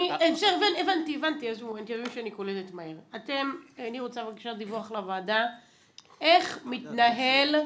אני רוצה בבקשה דיווח לוועדה איך מתנהלת